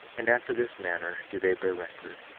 and after this manner do they bear record